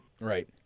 Right